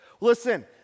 Listen